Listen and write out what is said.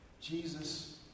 Jesus